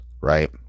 right